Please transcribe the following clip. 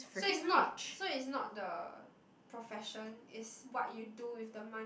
so is not so is not the profession is what you do with the money